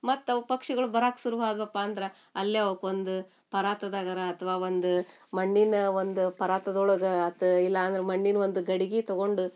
ಮತ್ತು ಅವ ಪಕ್ಷಿಗಳು ಬರಾಕೆ ಶುರುವಾದ್ವಪ್ಪಾ ಅಂದ್ರೆ ಅಲ್ಲೇ ಅವ್ಕೊಂದು ಪರಾತದಗರ ಅಥ್ವಾ ಒಂದು ಮಣ್ಣಿನ ಒಂದು ಪರಾತದೊಳಗ ಆತು ಇಲ್ಲಾಂದ್ರೆ ಮಣ್ಣಿನ ಒಂದು ಗಡಿಗಿ ತಗೊಂಡು